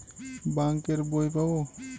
Bank এর বই পাবো?